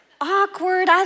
Awkward